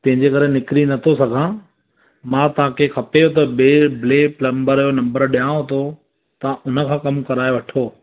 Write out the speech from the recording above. तंहिजे करे निकरी नथो सघां मां तव्हांखे खपेव त ॿिए ब्ले प्लम्बर जो नंबर ॾियांव थो तव्हां हुनखां कमु कराए वठो